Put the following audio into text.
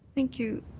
thank you,